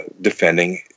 defending